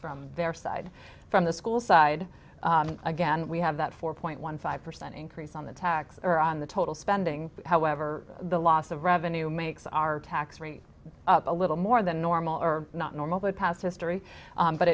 from their side from the school side again we have that four point one five percent increase on the tax or on the total spending however the loss of revenue makes our tax rate a little more than normal or not normal but past history